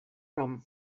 nom